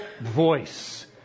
voice